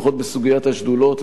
לפחות בסוגיית השדולות,